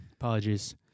Apologies